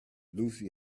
lucy